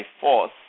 force